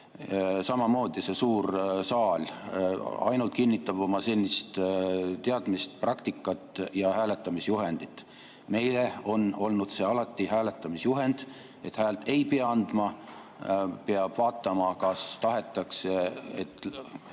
Samamoodi see suur saal ainult kinnitab oma senist teadmist, praktikat ja hääletamisjuhendit. Meil on olnud alati selline hääletamisjuhend, et häält ei pea andma, vaid peab vaatama, kas tahetakse, et